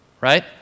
right